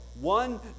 one